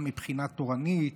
גם מבחינה תורנית,